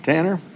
Tanner